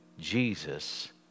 Jesus